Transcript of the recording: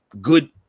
good